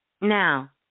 Now